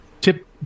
Tip